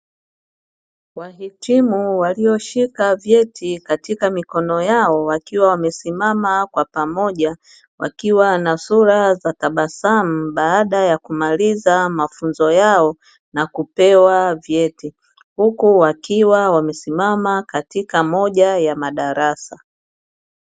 Wahitimu walioshika vyeti katika mikono yao wakiwa wamesimama kwa pamoja wakiwa na sura za tabasamu baada ya kumaliza mafunzo yao na kupewa vyeti; huku wakiwa wamesimama katika moja ya madarasa.